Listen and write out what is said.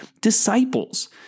disciples